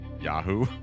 Yahoo